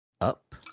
up